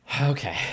Okay